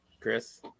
Chris